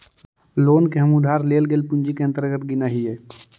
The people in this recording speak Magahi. लोन के हम उधार लेल गेल पूंजी के अंतर्गत गिनऽ हियई